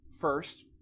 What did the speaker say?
First